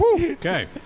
Okay